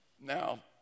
Now